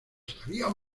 había